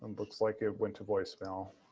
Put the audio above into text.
um looks like it went to voicemail.